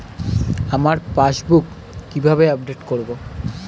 আমার পাসবুক কিভাবে আপডেট করবো?